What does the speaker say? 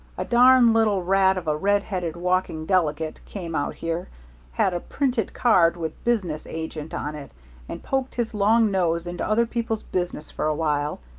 a darn little rat of a red-headed walking delegate came out here had a printed card with business agent on it and poked his long nose into other people's business for a while,